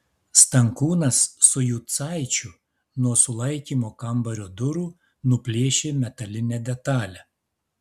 stankūnas su jucaičiu nuo sulaikymo kambario durų nuplėšė metalinę detalę